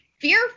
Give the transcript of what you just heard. fear